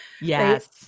Yes